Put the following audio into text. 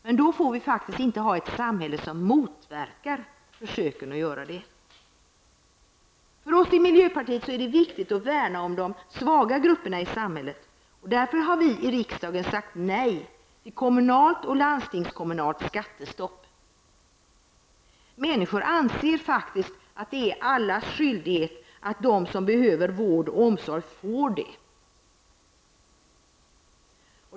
Men då får vi faktiskt inte ha ett samhälle som motverkar det. För oss i miljöpartiet är det viktigt att värna om de svaga grupperna i samhället. Därför har vi i riksdagen sagt nej till kommunalt och landstingskommunalt skattestopp. Människor anser faktiskt att det är allas skyldighet att se till att de som behöver vård och omsorg får det.